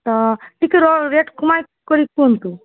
ତ ଟିକେ ର ରେଟ୍ କମାଇ କରି କୁହନ୍ତୁ